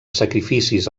sacrificis